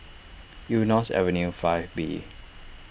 Eunos Avenue five B